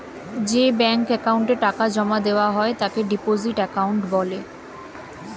যে ব্যাঙ্ক অ্যাকাউন্টে টাকা জমা দেওয়া হয় তাকে ডিপোজিট অ্যাকাউন্ট বলে